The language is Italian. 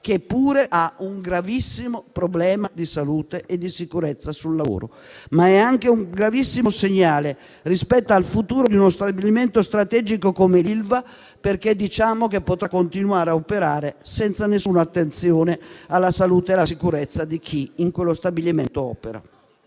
che pure ha un gravissimo problema di salute e di sicurezza sul lavoro; ma è anche un gravissimo segnale rispetto al futuro di uno stabilimento strategico come l'Ilva, perché diciamo che potrà continuare a operare senza alcuna attenzione alla salute e alla sicurezza di chi in quello stabilimento opera.